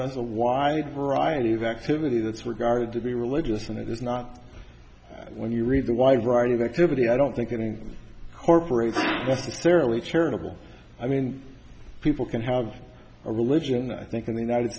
that's a wide variety of activity that's regard to be religious and it is not when you read the wide variety of activity i don't think any corporation is terribly charitable i mean people can have a religion i think in the united